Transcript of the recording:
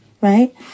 right